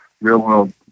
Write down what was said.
real-world